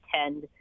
attend